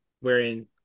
wherein